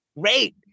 Great